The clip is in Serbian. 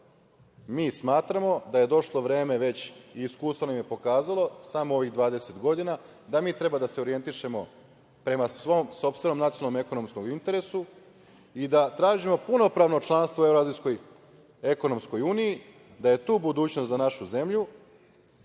Mi smatramo da je došlo vreme, već i iskustvo nam je pokazalo samo ovih 20 godina, da mi treba da se orijentišemo prema svom sopstvenom nacionalnom ekonomskom interesu i da tražimo punopravno članstvo u Evroazijskoj ekonomskoj Uniji, da je tu budućnost za našu zemlju,